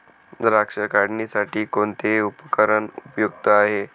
द्राक्ष काढणीसाठी कोणते उपकरण उपयुक्त आहे?